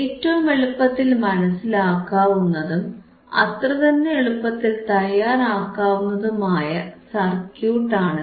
ഏറ്റവും എളുപ്പത്തിൽ മനസിലാക്കാവുന്നതും അത്രതന്നെ എളുപ്പത്തിൽ തയാറാക്കാവുന്നതുമായ സർക്യൂട്ടാണ് ഇത്